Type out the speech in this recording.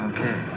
Okay